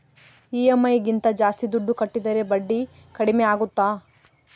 EMI ಗಿಂತ ಜಾಸ್ತಿ ದುಡ್ಡು ಕಟ್ಟಿದರೆ ಬಡ್ಡಿ ಕಡಿಮೆ ಆಗುತ್ತಾ?